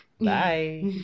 Bye